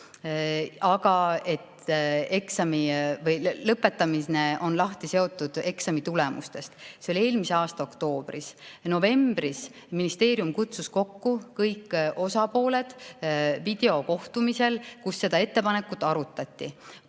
aga et lõpetamine on lahti seotud eksamitulemustest. See oli eelmise aasta oktoobris. Novembris kutsus ministeerium kõik osapooled videokohtumisele, kus seda ettepanekut arutati.